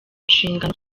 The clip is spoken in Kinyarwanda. nshingano